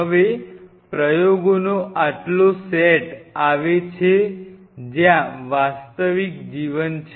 હવે પ્રયોગોનો આગલો સેટ આવે છે જ્યાં વાસ્તવિક જીવન છે